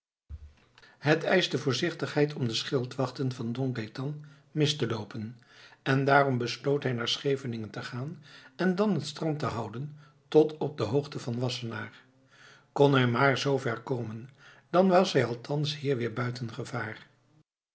het eischte voorzichtigheid om de schildwachten van don gaëtan mis te loopen en daarom besloot hij naar scheveningen te gaan en dan het strand te houden tot op de hoogte van wassenaar kon hij maar tot zoover komen dan was hij althans hier weer buiten gevaar